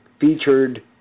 featured